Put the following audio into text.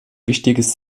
wichtiges